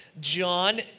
John